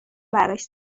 براش